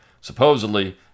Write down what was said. supposedly